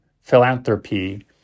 philanthropy